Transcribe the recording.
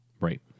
Right